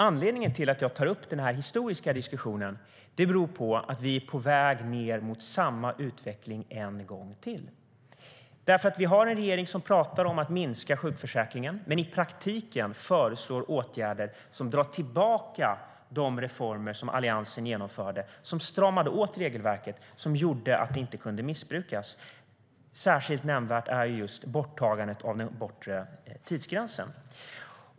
Anledningen till att jag tar upp denna historiska diskussion är att vi nu är på väg mot samma utveckling en gång till. Vi har en regering som talar om att minska sjukförsäkringen, men i praktiken föreslår man åtgärder som drar tillbaka de reformer som Alliansen genomförde, som stramade åt regelverket så att det inte kunde missbrukas. Särskilt nämnvärt är just borttagandet av den bortre tidsgränsen.